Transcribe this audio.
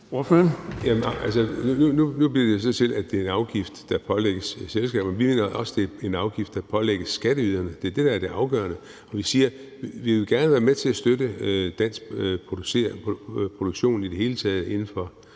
nu bliver det jo så sådan, at det bliver en afgift, der pålægges selskaberne. Vi mener også, det er en afgift, der pålægges skatteyderne. Det er det, der er det afgørende, og vi siger: Vi vil gerne være med til at støtte dansk produktion inden for